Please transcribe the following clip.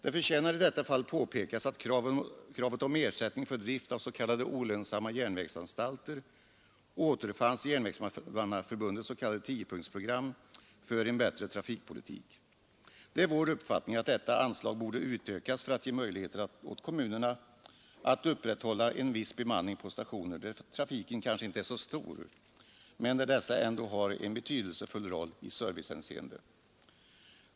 Det förtjänar i detta fall påpekas att kravet om ersättning för drift av olönsamma järnvägsanstalter återfanns i Järnvägsmannaförbundets s.k. tiopunktsprogram för en bättre trafikpolitik. Det är vår uppfattning att detta anslag borde utökas för att ge möjligheter åt kommunerna att upprätthålla en viss bemanning på stationer där trafiken kanske inte är så stor men som ändå har en betydelsefull roll i servicehänseende.